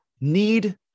Need